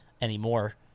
anymore